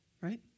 Right